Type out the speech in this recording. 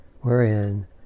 wherein